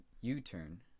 U-turn